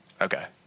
Okay